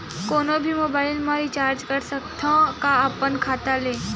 कोनो भी मोबाइल मा रिचार्ज कर सकथव का अपन खाता ले?